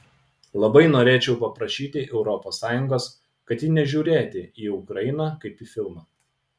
labai norėčiau paprašyti europos sąjungos kad ji nežiūrėti į ukrainą kaip į filmą